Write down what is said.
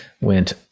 went